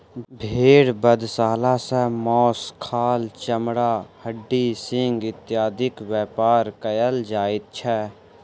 भेंड़ बधशाला सॅ मौस, खाल, चमड़ा, हड्डी, सिंग इत्यादिक व्यापार कयल जाइत छै